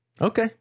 Okay